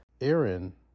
Aaron